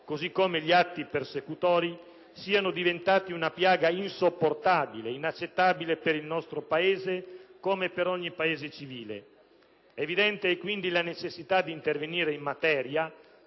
così come gli atti persecutori, siano diventate una piaga insopportabile ed inaccettabile per il nostro Paese, come per ogni Paese civile. È evidente, quindi, la necessitàdi intervenire in materia